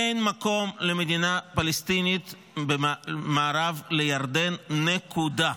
אין מקום למדינה פלסטינית ממערב לירדן, נקודה.